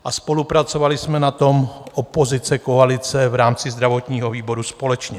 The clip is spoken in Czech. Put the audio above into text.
A spolupracovali jsme na tom opozice i koalice v rámci zdravotnického výboru společně.